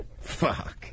Fuck